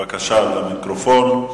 בבקשה, למיקרופון.